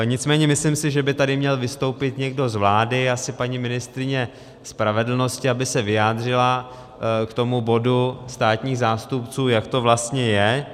Nicméně si myslím, že by tady měl vystoupit někdo z vlády, asi paní ministryně spravedlnosti, aby se vyjádřila k tomu bodu státních zástupců, jak to vlastně je.